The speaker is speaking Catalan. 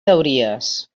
teories